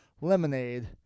lemonade